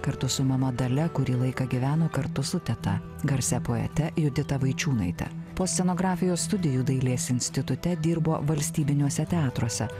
kartu su mama dalia kurį laiką gyveno kartu su teta garsia poete judita vaičiūnaite po scenografijos studijų dailės institute dirbo valstybiniuose teatruose